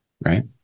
right